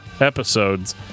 episodes